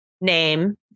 name